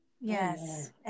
yes